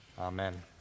Amen